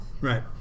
Right